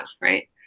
right